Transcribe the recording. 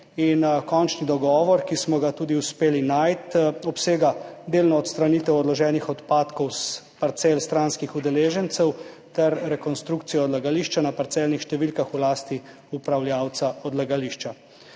končni dogovor, ki smo ga tudi uspeli najti, obsega delno odstranitev odloženih odpadkov s parcel stranskih udeležencev ter rekonstrukcijo odlagališča na parcelnih številkah v lasti upravljavca odlagališča.